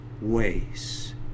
ways